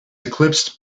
eclipsed